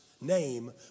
name